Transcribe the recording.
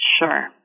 Sure